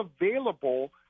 available